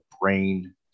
brain